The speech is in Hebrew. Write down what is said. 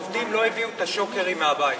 אבל העובדים לא הביאו את השוקרים מהבית.